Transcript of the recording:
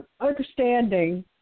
understanding